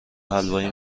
حلوایی